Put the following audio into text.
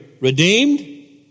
redeemed